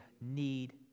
need